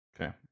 Okay